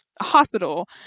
hospital